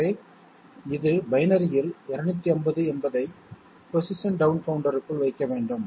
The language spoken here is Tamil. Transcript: எனவே இது பைனரியில் 250 என்பதை பொசிஷன் டவுன் கவுண்டருக்குள் வைக்க வேண்டும்